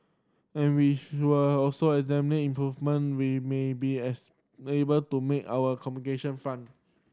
and we also examine improvement we may be as able to make our communication front